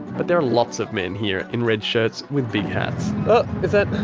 but there are lots of men here in red shirts with big hats. oh! is that,